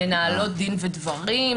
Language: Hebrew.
מנהלות דין ודברים,